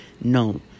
No